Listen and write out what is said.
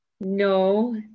No